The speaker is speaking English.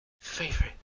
favorite